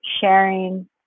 sharing